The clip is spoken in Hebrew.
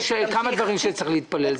יש כמה דברים שצריך להתפלל להם,